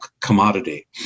commodity